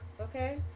Okay